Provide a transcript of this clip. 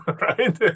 right